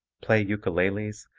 play ukuleles,